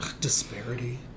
disparity